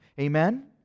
Amen